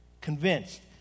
convinced